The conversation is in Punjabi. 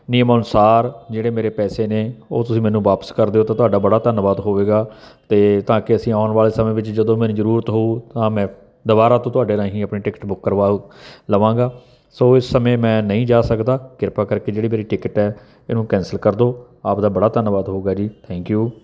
ਨਿਯਮ ਅਨੁਸਾਰ ਜਿਹੜੇ ਮੇਰੇ ਪੈਸੇ ਨੇ ਉਹ ਤੁਸੀਂ ਮੈਨੂੰ ਵਾਪਿਸ ਕਰ ਦਿਓ ਤਾਂ ਤੁਹਾਡਾ ਬੜਾ ਧੰਨਵਾਦ ਹੋਵੇਗਾ ਅਤੇ ਤਾਂ ਕਿ ਅਸੀਂ ਆਉਣ ਵਾਲੇ ਸਮੇਂ ਵਿੱਚ ਜਦੋਂ ਮੈਨੂੰ ਜ਼ਰੂਰਤ ਹੋਊ ਤਾਂ ਮੈਂ ਦੁਬਾਰਾ ਤੋਂ ਤੁਹਾਡੇ ਰਾਹੀਂ ਆਪਣੀ ਟਿਕਟ ਬੁੱਕ ਕਰਵਾ ਲਵਾਂਗਾ ਸੋ ਇਸ ਸਮੇਂ ਮੈਂ ਨਹੀਂ ਜਾ ਸਕਦਾ ਕਿਰਪਾ ਕਰਕੇ ਜਿਹੜੀ ਮੇਰੀ ਟਿਕਟ ਹੈ ਇਹਨੂੰ ਕੈਂਸਲ ਕਰ ਦਿਓ ਆਪ ਦਾ ਬੜਾ ਧੰਨਵਾਦ ਹੋਵੇਗਾ ਜੀ ਥੈਂਕ ਯੂ